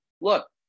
look